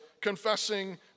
confessing